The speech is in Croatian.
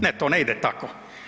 Ne, to ne ide tako.